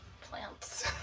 Plants